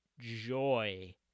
joy